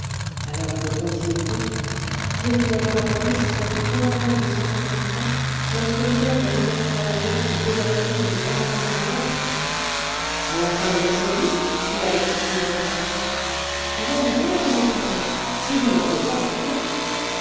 alors le compte y était dire qu'il avait rapporté jusqu'à des quinzaines de cent cinquante francs lorsque le père bonnemort travaillait et que zacharie n'était pas encore en ménage a la fin le prenez-vous cria le caissier impatienté vous voyez bien qu'un autre attend si vous n'en voulez pas dites-le